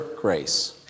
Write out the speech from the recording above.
grace